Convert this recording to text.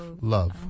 love